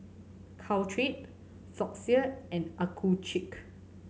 Caltrate Floxia and Accucheck